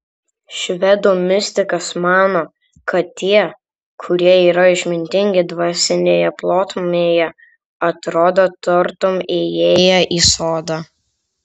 švedų mistikas mano kad tie kurie yra išmintingi dvasinėje plotmėje atrodo tartum įėję į sodą